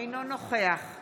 אינה נוכחת